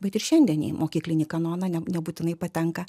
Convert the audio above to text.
bet ir šiandien į mokyklinį kanoną ne nebūtinai patenka